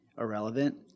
irrelevant